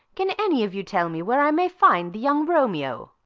can any of you tell me where i may find the young romeo?